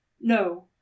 No